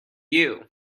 you